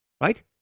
right